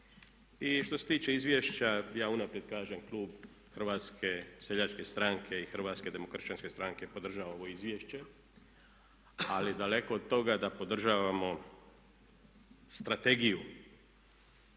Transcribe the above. i što se tiče izvješća ja unaprijed kažem klub Hrvatske seljačke stranke i Hrvatske demokršćanske stranke podržava ovo izvješće ali daleko od toga da podržavamo strategiju